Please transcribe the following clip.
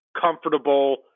comfortable